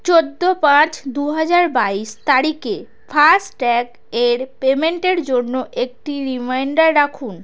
চৌদ্দ পাঁচ দু হাজার বাইশ তারিখে ফাস্ট্যাগ এর পেমেন্টের জন্য একটি রিমাইন্ডার রাখুন